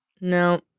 No